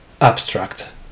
Abstract